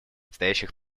стоящих